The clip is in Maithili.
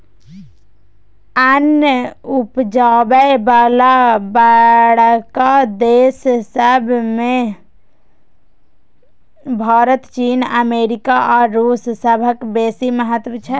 अन्न उपजाबय बला बड़का देस सब मे भारत, चीन, अमेरिका आ रूस सभक बेसी महत्व छै